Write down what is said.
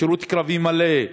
שירות קרבי מלא,